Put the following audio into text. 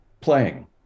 playing